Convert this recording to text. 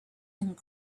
and